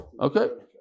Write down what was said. okay